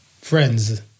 Friends